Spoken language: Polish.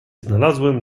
znalazłem